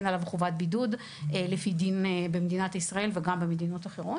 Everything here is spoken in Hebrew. חלה עליו חובת בידוד לפי הדין במדינת ישראל וגם במדינות האחרות,